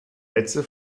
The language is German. netze